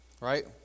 Right